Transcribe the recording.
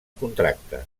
contracte